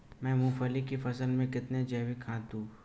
मैं मूंगफली की फसल में कितनी जैविक खाद दूं?